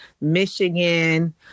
Michigan